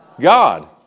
God